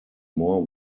more